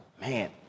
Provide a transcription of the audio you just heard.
man